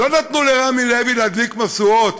לא נתנו לרמי לוי להדליק משואות,